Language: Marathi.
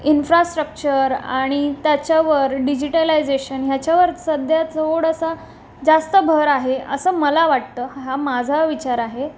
इन्फ्रास्ट्रक्चर आणि त्याच्यावर डीजीटलाईजेशन ह्याच्यावर सध्या थोडंसं जास्त भर आहे असं मला वाटतं हा माझा विचार आहे